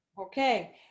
okay